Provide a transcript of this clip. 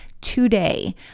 Today